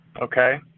Okay